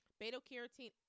Beta-carotene